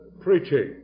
preaching